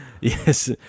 Yes